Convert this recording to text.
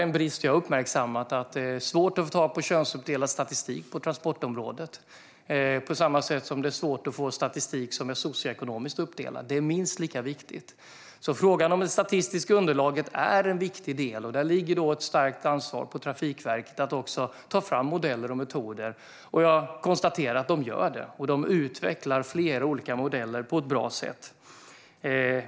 En brist som jag har uppmärksammat är att det är svårt att få tag på könsuppdelad statistik på transportområdet liksom statistik som är socioekonomiskt uppdelad. Det är minst lika viktigt. Frågan om det statistiska underlaget är viktig, och här ligger ett stort ansvar på Trafikverket att ta fram modeller och metoder. Jag kan konstatera att de gör det och utvecklar flera olika modeller på ett bra sätt.